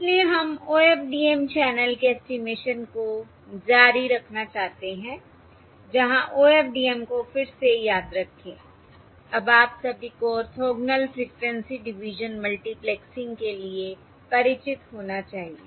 इसलिए हम OFDM channel के ऐस्टीमेशन को जारी रखना चाहते हैं जहां OFDM को फिर से याद रखें अब आप सभी को ऑर्थोगोनल फ्रिक्वेंसी डिवीजन मल्टीप्लेक्सिंग के लिए परिचित होना चाहिए